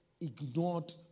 ignored